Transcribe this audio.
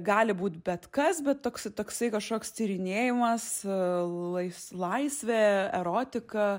gali būt bet kas bet toks toksai kažkoks tyrinėjimas lais laisvė erotika